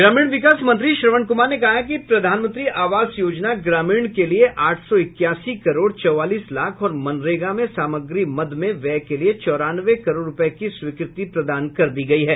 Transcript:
ग्रामीण विकास मंत्री श्रवण कुमार ने कहा है कि प्रधानमंत्री आवास योजना ग्रामीण के लिए आठ सौ इक्यासी करोड़ चौबालीस लाख और मनरेगा में सामग्री मद में व्यय के लिए चौरानवे करोड़ रूपये की स्वीकृति प्रदान कर दी गयी है